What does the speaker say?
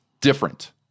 Different